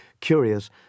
curious